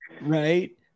Right